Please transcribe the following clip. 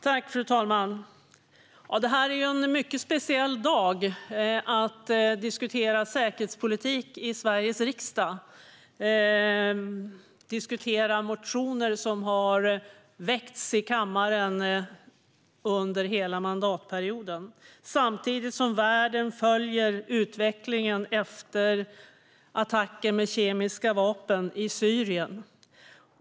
Fru talman! Det är en mycket speciell dag. Vi diskuterar säkerhetspolitik i Sveriges riksdag, och vi diskuterar motioner som har väckts i kammaren under hela mandatperioden. Samtidigt följer världen utvecklingen efter attacken med kemiska vapen i Syrien.